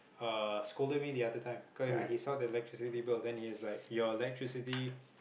uh scolded me the other time cause I he saw the electricity bill and then he was like your electricity